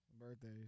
Birthdays